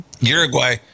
Uruguay